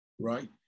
right